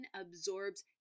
absorbs